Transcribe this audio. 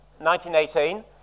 1918